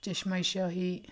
Chashme Shahi